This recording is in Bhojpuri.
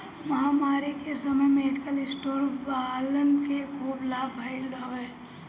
महामारी के समय मेडिकल स्टोर वालन के खूब लाभ भईल हवे